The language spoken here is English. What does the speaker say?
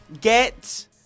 Get